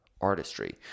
artistry